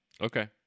Okay